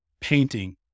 painting